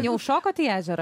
jau šokot į ežerą